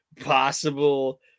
possible